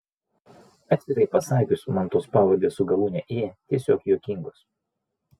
atvirai pasakius man tos pavardės su galūne ė tiesiog juokingos